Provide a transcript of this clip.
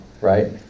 Right